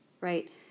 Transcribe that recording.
right